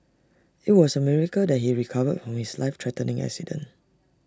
IT was A miracle that he recovered from his life threatening accident